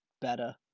better